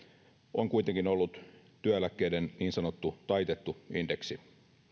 on kuitenkin ollut työeläkkeiden niin sanottu taitettu indeksi